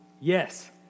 Yes